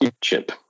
chip